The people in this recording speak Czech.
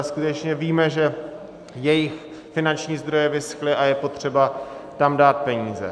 Skutečně víme, že jejich finanční zdroje vyschly, a je potřeba tam dát peníze.